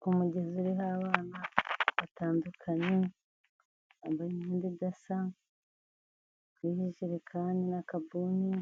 Ku mugezi uriho abana batandukanye, bambaye imyenda idasa, hariho ijerekeni n'akabuni